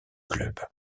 club